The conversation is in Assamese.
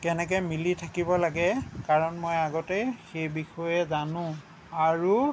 কেনেকৈ মিলি থাকিব লাগে কাৰণ মই আগতে সেই বিষয়ে জানোঁ আৰু